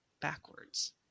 backwards